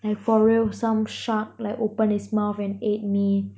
like for real some shark open its mouth and ate me